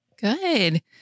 Good